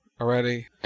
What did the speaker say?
already